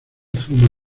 fuma